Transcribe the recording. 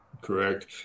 Correct